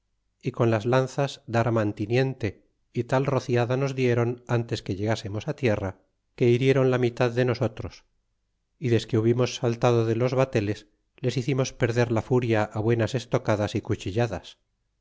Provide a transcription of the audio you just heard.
y con las lanzas dar mantiniente y tal rociada nos d'aren ntes que llegasernos tierra que hiriéron la mitad de nosotros y desque hubimos saltado de los bateles les hicimos perder la furia buenas estocadas y cuchilladas